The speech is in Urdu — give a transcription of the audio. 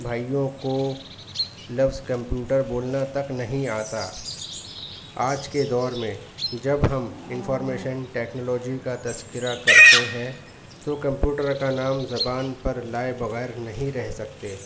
بھائیوں کو لفظ کمپیوٹر بولنا تک نہیں آتا آج کے دور میں جب ہم انفارمیشن ٹیکنالوجی کا تذکرہ کرتے ہیں تو کمپیوٹر کا نام زبان پر لائے بغیر نہیں رہ سکتے